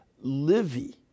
Livy